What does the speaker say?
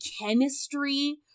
chemistry